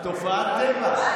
את תופעת טבע.